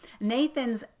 Nathan's